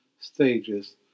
stages